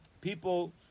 People